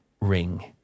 ring